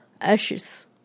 Ashes